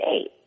eight